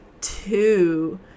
two